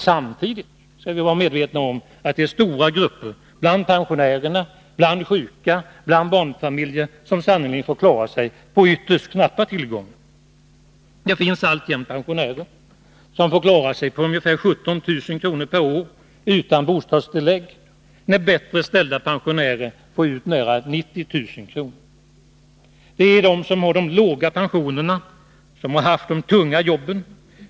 Samtidigt skall vi vara medvetna om att det är stora grupper bland pensionärerna, bland sjuka och bland barnfamiljerna som sannerligen får klara sig på ytterst knappa tillgångar. Det finns alltjämt pensionärer som får klara sig på ungefär 17 000 kr. per år och utan bostadstillägg, när bättre ställda pensionärer får ut nära 90 000 kr. Det är de som har de låga pensionerna som har haft de tunga jobben.